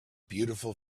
beautiful